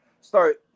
start